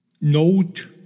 note